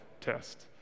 test